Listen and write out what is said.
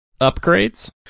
upgrades